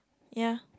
ya